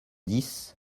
dix